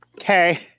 Okay